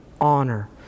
honor